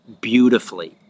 beautifully